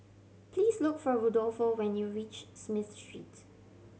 please look for Rudolfo when you reach Smith Street